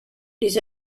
les